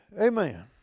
Amen